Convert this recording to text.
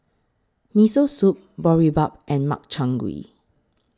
Miso Soup Boribap and Makchang Gui